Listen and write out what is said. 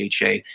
DHA